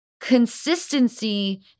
consistency